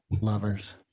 Lovers